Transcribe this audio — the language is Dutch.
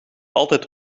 altijd